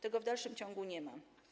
Tego w dalszym ciągu nie ma.